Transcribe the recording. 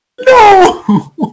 No